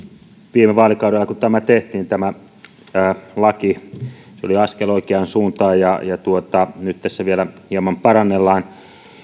viime vaalikaudella kun tämä laki tehtiin se oli askel oikeaan suuntaan ja nyt tässä vielä hieman parannellaan